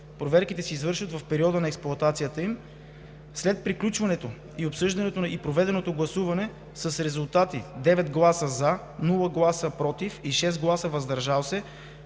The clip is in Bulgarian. Проверките се извършват в периода на експлоатацията им. След приключване на обсъждането и проведеното гласуване с резултати: 9 гласа „за“, без „против“ и 6 гласа „въздържал се“,